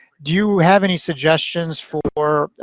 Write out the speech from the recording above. do you have any suggestions for,